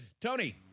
Tony